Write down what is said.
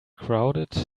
crowded